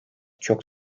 çok